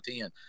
ten